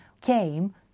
came